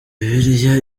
bibiliya